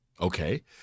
Okay